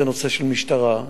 זה נושא של משטרה.